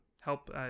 help